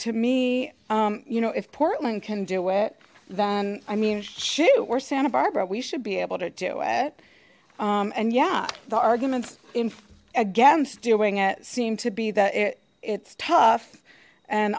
to me you know if portland can do it then i mean shoot or santa barbara we should be able to do it and yeah the arguments against doing it seem to be that it's tough and